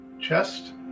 chest